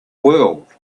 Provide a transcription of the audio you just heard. world